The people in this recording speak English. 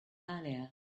earlier